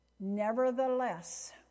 Nevertheless